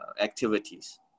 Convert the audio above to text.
activities